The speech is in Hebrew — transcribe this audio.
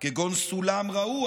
כגון סולם רעוע